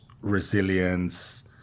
resilience